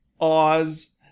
Oz